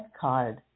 card